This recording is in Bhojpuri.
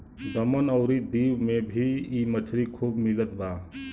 दमन अउरी दीव में भी इ मछरी खूब मिलत बा